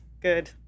Good